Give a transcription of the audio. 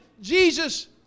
Jesus